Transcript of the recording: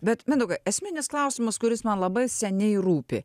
bet mindaugai esminis klausimas kuris man labai seniai rūpi